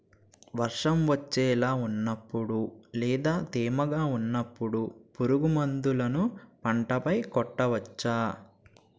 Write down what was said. వర్షం వచ్చేలా వున్నపుడు లేదా తేమగా వున్నపుడు పురుగు మందులను పంట పై కొట్టవచ్చ?